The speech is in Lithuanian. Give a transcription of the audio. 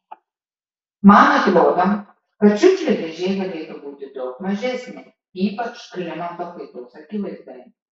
man atrodo kad šiukšlių dėžė galėtų būti daug mažesnė ypač klimato kaitos akivaizdoje